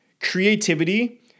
creativity